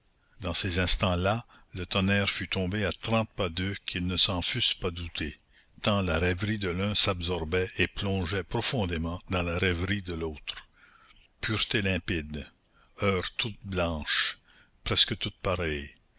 dans ces instants là le tonnerre fût tombé à trente pas d'eux qu'ils ne s'en fussent pas doutés tant la rêverie de l'un s'absorbait et plongeait profondément dans la rêverie de l'autre puretés limpides heures toutes blanches presque toutes pareilles